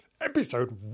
episode